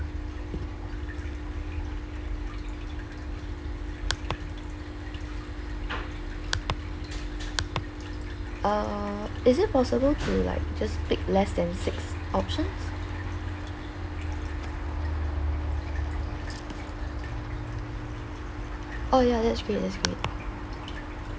err is it possible to like just pick less than six options oh ya that's great that's great